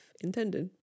intended